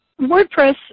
WordPress